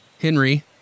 Henry